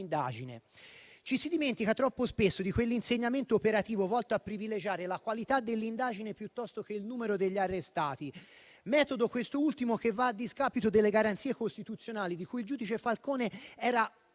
Ci si dimentica troppo spesso di quell'insegnamento operativo volto a privilegiare la qualità dell'indagine, piuttosto che il numero degli arrestati. Metodo, quest'ultimo, che va a discapito delle garanzie costituzionali a cui il giudice Falcone era